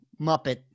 Muppet